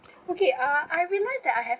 okay uh I realised that I have